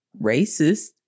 racist